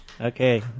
okay